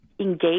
engage